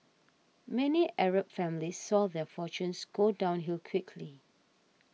many Arab families saw their fortunes go downhill quickly